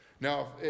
Now